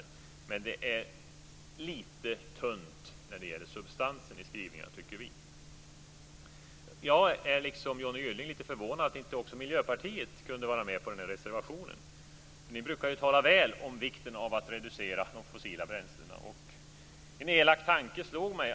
Men vi tycker att det är lite tunt när det gäller substansen i skrivningarna. Jag är, liksom Johnny Gylling, lite förvånad över att inte också Miljöpartiet kunde vara med på den här reservationen. Ni brukar ju tala väl om vikten av att reducera de fossila bränslena. En elak tanke slog mig.